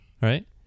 right